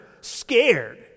scared